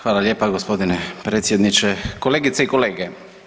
Hvala lijepa g. predsjedniče, kolegice i kolege.